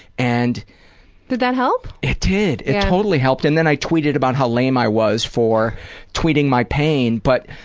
and did that help? it did, it totally helped and then i tweeted about how lame i was for tweeting my pain, but,